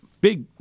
big